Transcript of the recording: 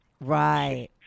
right